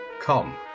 come